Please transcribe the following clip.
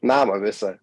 namą visą